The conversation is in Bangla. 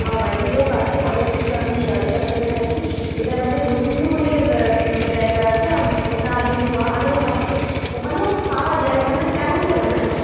আমার বাড়ি থেকেও কাছে কলেজ স্ট্রিট কারণ আমি শিয়ালদ চত্তরে থাকি এটা বাদে বৈকুণ্ঠ হলে জায়গা আছে ওটা হেদুয়া আরও কাছে ওখানেও পাওয়া যায় ওখানে তেমনভাবে নয়